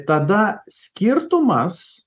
tada skirtumas